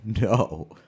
No